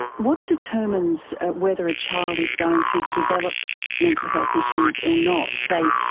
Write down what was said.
what determines whether a child is going to develop mental health issues or not? say,